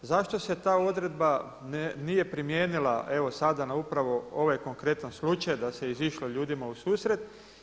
Zašto se ta odredba nije primijenila, evo sada na upravo ovaj konkretan slučaj da se izišlo ljudima u susret?